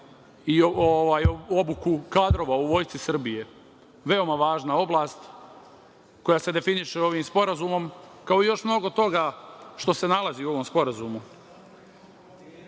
i obuku kadrova u Vojsci Srbije, veoma važna oblast koja se definiše ovim sporazumom, kao i još mnogo toga što se nalazi u ovom sporazumu. Ovaj